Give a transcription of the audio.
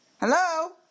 Hello